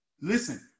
Listen